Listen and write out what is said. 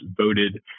voted